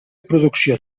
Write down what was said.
producció